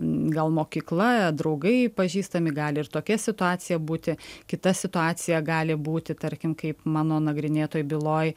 gal mokykla draugai pažįstami gali ir tokia situacija būti kita situacija gali būti tarkim kaip mano nagrinėtoj byloj